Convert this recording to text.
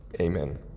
Amen